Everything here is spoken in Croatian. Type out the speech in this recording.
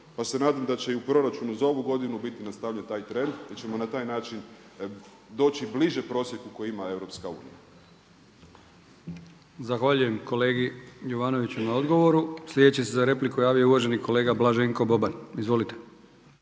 Pa se nadam da će i u proračunu za ovu godinu biti nastavljen taj trend i da ćemo na taj način doći bliže prosjeku koji ima EU.